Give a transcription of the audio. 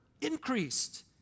increased